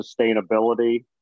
sustainability